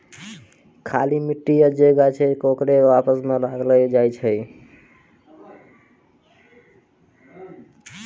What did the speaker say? खाली मट्टी या जे गाछ छै ओकरे आसपास लगैलो जाय छै